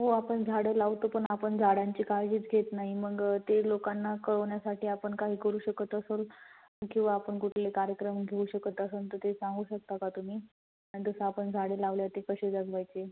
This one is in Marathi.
हो आपण झाडं लावतो पण आपण झाडांची काळजीच घेत नाही मग ते लोकांना कळवण्यासाठी आपण काही करू शकत असंल किंवा आपण कुठले कार्यक्रम घेऊ शकत असंन तर ते सांगू शकता का तुम्ही आणि दसं आपण झाडं लावल्यावर ते कसे जगवायचे